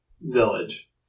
village